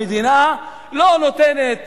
המדינה לא נותנת